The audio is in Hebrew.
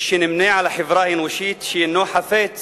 שנמנה עם החברה האנושית שאינו חפץ